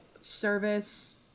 service